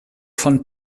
von